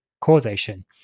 causation